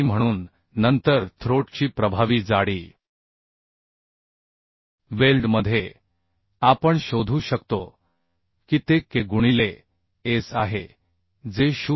म्हणून नंतर थ्रोट ची प्रभावी जाडी वेल्डमध्ये आपण शोधू शकतो की ते K गुणिले S आहे जे 0